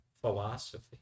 philosophy